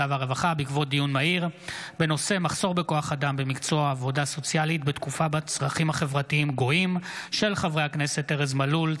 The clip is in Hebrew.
והרווחה בעקבות דיון מהיר בהצעתם של חברי הכנסת ארז מלול,